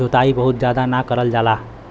जोताई बहुत जादा ना करल जाला